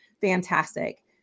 fantastic